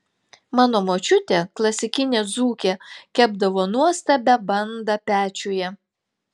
mano močiutė klasikinė dzūkė kepdavo nuostabią bandą pečiuje